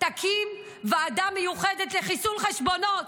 תקים ועדה מיוחדת לחיסול חשבונות,